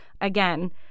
Again